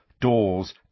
doors